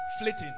flitting